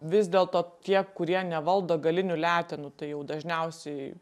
vis dėlto tie kurie nevaldo galinių letenų tai jau dažniausiai